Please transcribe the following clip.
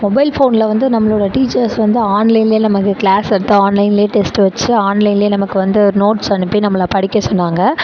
mobile ஃபோனில் வந்து நம்மளோட டீச்சர்ஸ் வந்து ஆன்லைனில் நமக்கு கிளாஸ் எடுத்து ஆன்லைனில் டெஸ்ட் வச்சு ஆன்லைனில் நமக்கு வந்து ஒரு நோட்ஸ் அனுப்பி நம்மளை படிக்க சொன்னாங்க